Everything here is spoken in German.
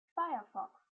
firefox